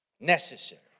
Necessary